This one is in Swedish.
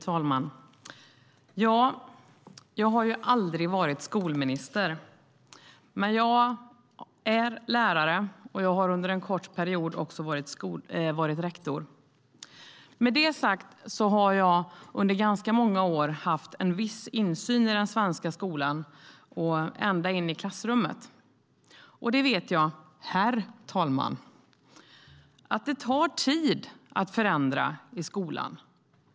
Fru talman! Jag har aldrig varit skolminister. Men jag är lärare och har under en kort period också varit rektor. Jag har under ganska många år haft en viss insyn i den svenska skolan, ända in i klassrummet. Jag vet, herr talman, att det tar tid att förändra i skolan.